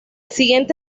siguiente